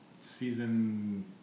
season